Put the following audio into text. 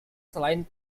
selain